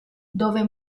dove